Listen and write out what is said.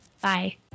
Bye